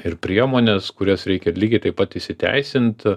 ir priemonės kurias reikia ir lygiai taip pat įsiteisint